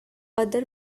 other